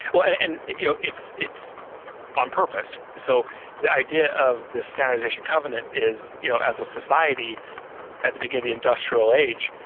well, and and you know it's it's on purpose. so the idea of this standardization covenant is you know as a society at the beginning of industrial age,